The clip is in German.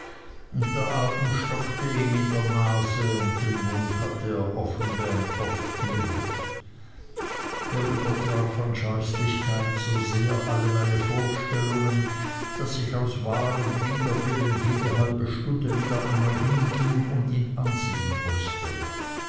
und der atem stockte ihm in der nase und den mund hatte er offen wie ein postbureau er übertraf an scheußlichkeit so sehr alle meine vorstellungen daß ich aus wahrem widerwillen jede halbe stunde wieder einmal hinging und ihn ansehen mußte